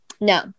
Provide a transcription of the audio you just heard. No